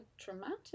traumatic